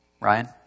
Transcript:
Ryan